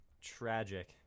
Tragic